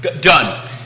Done